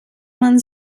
man